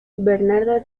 bernardo